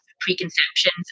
preconceptions